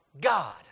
God